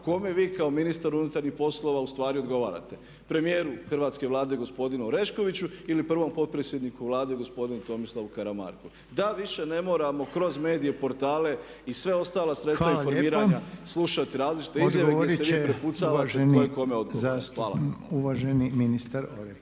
kome vi kao ministar unutarnjih poslova ustvari odgovarate, premijeru hrvatske Vlade gospodinu Oreškoviću ili prvom potpredsjedniku Vlade gospodinu Tomislavu Karamarku. Da više ne moramo kroz medije, portale i sva ostala sredstva informiranja slušati različite izjave gdje se vi prepucavate